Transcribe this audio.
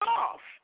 off